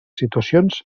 situacions